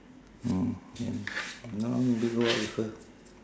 mm then go out with her